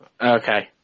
Okay